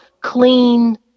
clean